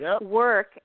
work